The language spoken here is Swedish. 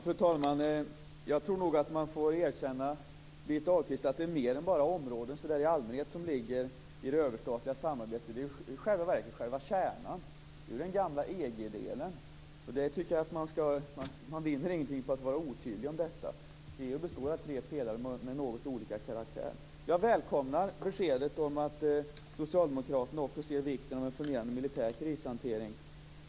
Fru talman! Jag tror nog att man får erkänna, Birgitta Ahlqvist, att det är mer än bara områden så där i allmänhet som ingår i det överstatliga samarbetet. I själva verket är det kärnan. Det är den gamla EG delen. Man vinner ingenting på att vara otydlig om detta. EU består av tre pelare med något olika karaktär. Jag välkomnar beskedet att socialdemokraterna också ser vikten av en fungerande militär krishantering.